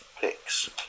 picks